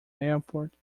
airport